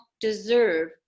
deserve